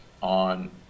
on